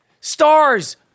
Stars